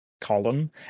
column